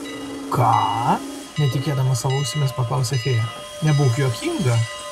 ką netikėdama savo ausimis paklausė fėja nebūk juokinga